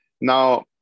Now